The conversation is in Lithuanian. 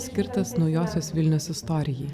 skirtas naujosios vilnios istorijai